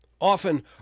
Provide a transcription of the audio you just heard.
Often